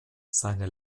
seine